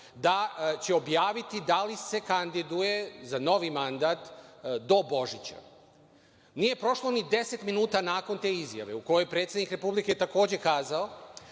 da će objaviti da li se kandiduje za novi mandat do Božića. Nije prošlo ni 10 minuta nakon te izjave u kojoj je predsednik Republike takođe kazao